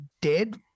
dead